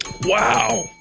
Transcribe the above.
Wow